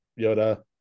Yoda